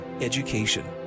education